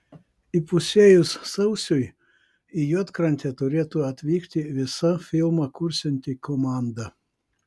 įpusėjus sausiui į juodkrantę turėtų atvykti visa filmą kursianti komanda